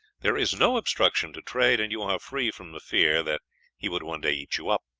there is no obstruction to trade, and you are free from the fear that he would one day eat you up.